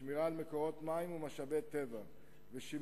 שמירה על מקורות מים ומשאבי טבע ושימוש